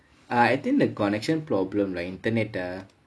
I think the connection problem ah the internet ah